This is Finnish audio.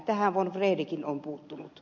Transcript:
tähän von wredekin on puuttunut